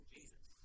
Jesus